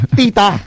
tita